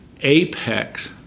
apex